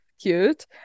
cute